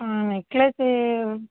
necklace